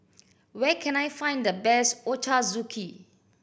where can I find the best Ochazuke